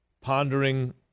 pondering